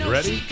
Ready